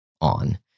on